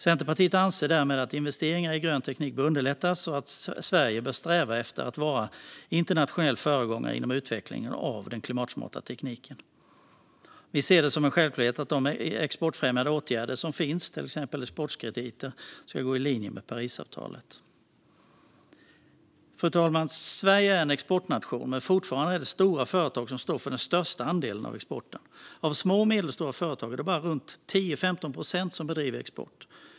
Centerpartiet anser därför att investeringar i grön teknik bör underlättas och att Sverige bör sträva efter att vara en internationell föregångare inom utveckling av den klimatsmarta tekniken. Vi ser det som en självklarhet att de exportfrämjande åtgärder som finns, till exsempel exportkrediter, ska gå i linje med Parisavtalet. Fru talman! Sverige är en exportnation, men fortfarande är det stora företag som står för den största andelen av exporten. Av små och medelstora företag är det bara runt 10-15 procent som bedriver export.